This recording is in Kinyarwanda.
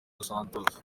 santos